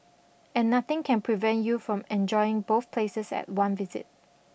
and nothing can prevent you from enjoying both places at one visit